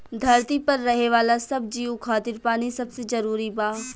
धरती पर रहे वाला सब जीव खातिर पानी सबसे जरूरी बा